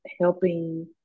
helping